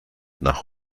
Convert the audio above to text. nach